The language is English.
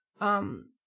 um-